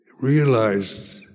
realized